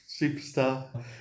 Superstar